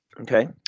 Okay